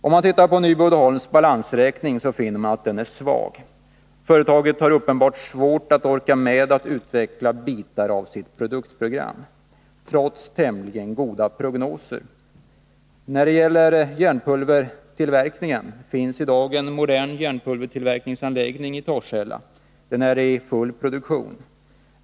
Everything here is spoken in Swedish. Om man tittar på Nyby Uddeholms balansräkning finner man att företagets kapitalstyrka är svag. Företaget har uppenbarligen, trots tämligen goda prognoser, svårt att orka med att utveckla delar av sitt produktprogram. 2 För järnpulvertillverkningen finns i dag en modern anläggning i Torshälla. Den är i full produktion.